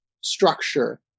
structure